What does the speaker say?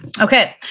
okay